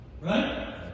Right